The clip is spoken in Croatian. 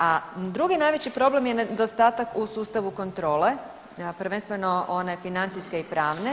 A drugi najveći problem je nedostatak u sustavu kontrole, prvenstveno one financijske i pravne.